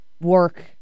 work